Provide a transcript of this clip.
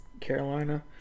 Carolina